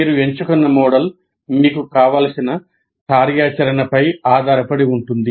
మీరు ఎంచుకున్న మోడల్ మీకు కావలసిన కార్యాచరణపై ఆధారపడి ఉంటుంది